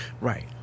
right